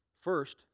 First